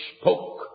spoke